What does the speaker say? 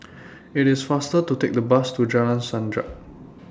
IT IS faster to Take The Bus to Jalan Sajak